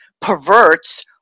perverts